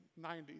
90s